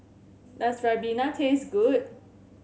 does ribena taste good